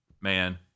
Man